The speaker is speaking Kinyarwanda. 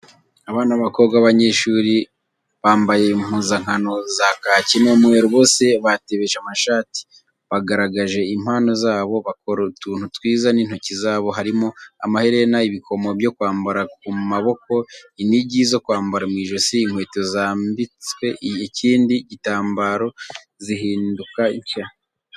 Abana b'abakobwa b'abanyeshuri mbambaye impuzankano za kaki n'umweru bose batebeje amashati, bagaragaje impano zabo, bakora utuntu twiza n'intoki zabo, harimo amaherena, ibikomo byo kwambara ku maboko, inigi zo kwambara mu ijosi, inkweto zambitswe ikindi gitambaro zihinduka nshya.